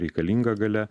reikalinga galia